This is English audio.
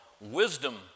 wisdom